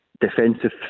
defensive